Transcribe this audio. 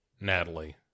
natalie